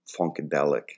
Funkadelic